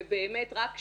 ובאמת רק שטח,